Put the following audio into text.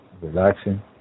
Relaxing